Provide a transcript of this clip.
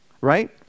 right